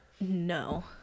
no